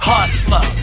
Hustler